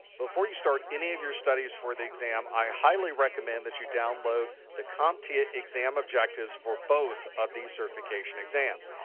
before you start any of your studies for the exam, i highly recommend that you download the comptia exam objectives for both of these certification exams.